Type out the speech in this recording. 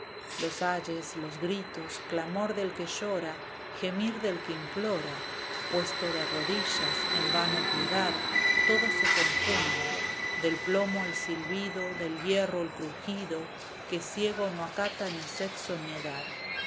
s ayes los gritos clamor del que llora gemir del que implora puesto de rodillas en vano piedad todo se confunde del plomo el silbido del hierro el crujido que ciego no acata ni sexo ni edad